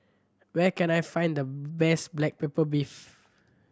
where can I find the best black pepper beef